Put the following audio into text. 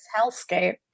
hellscape